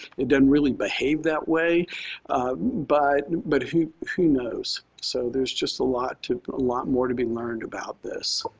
it doesn't really behave that way but but who who knows. so there's just a lot to a lot more to be learned about this.